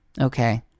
Okay